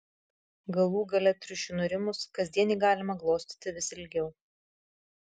galų gale triušiui nurimus kasdien jį galima glostyti vis ilgiau